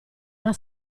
una